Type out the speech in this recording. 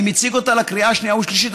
אני מציג לקריאה השנייה והשלישית,